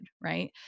right